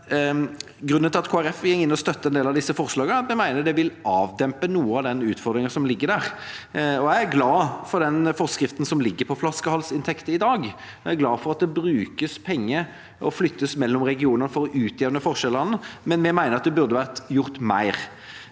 Kristelig Folkeparti støtter en del av disse forslagene, er at vi mener det vil avdempe noe av den utfordringen som ligger der. Jeg er glad for dagens forskrift om flaskehalsinntekter, jeg er glad for at det brukes og flyttes penger mellom regioner for å utjevne forskjellene, men vi mener at det burde vært gjort mer.